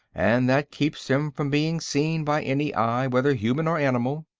and that keeps them from being seen by any eye, whether human or animal.